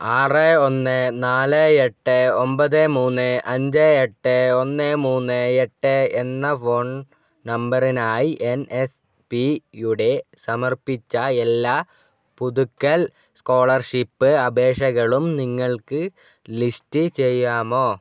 ആറ് ഒന്ന് നാല് എട്ട് ഒൻപത് മൂന്ന് അഞ്ച് എട്ട് ഒന്ന് മൂന്ന് എട്ട് എന്ന ഫോൺ നമ്പറിനായി എൻ എസ്പിയുടെ സമർപ്പിച്ച എല്ലാ പുതുക്കൽ സ്കോളർഷിപ്പ് അപേക്ഷകളും നിങ്ങൾക്ക് ലിസ്റ്റ് ചെയ്യാമോ